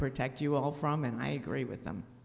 protect you all from and i agree with them